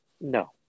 No